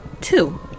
Two